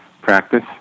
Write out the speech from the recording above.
practice